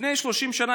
לפני 25 שנה, 30 שנה,